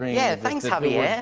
yeah. thanks, javier.